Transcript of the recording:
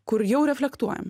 kur jau reflektuojam